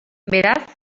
beraz